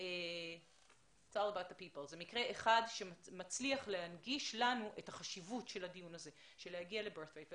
זה מקרה אחד שמצליח להנגיש לנו את החשיבות של הדיון הזה ומה זה